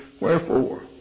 Wherefore